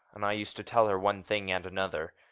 and i used to tell her one thing and another.